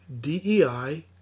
DEI